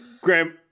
Graham